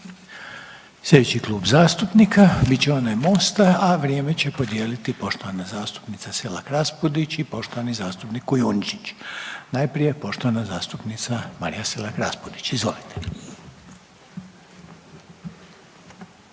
Slijedeći Klub zastupnika bit će onaj Mosta, a vrijeme će podijeliti poštovana zastupnica Selak Raspudić i poštovani zastupnik Kujundžić. Najprije poštovana zastupnica Marija Selak Raspudić, izvolite.